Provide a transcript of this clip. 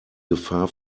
gefahr